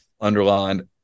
underlined